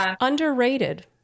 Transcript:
Underrated